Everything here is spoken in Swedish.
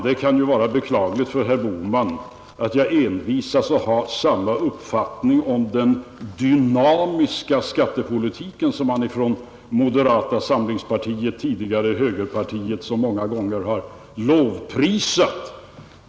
Det kan ju vara beklagligt för herr Bohman att jag envisas att ha samma uppfattning om den ”dynamiska” skattepolitiken, som moderata samlingspartiet — och tidigare högerpartiet — så många gånger har lovprisat.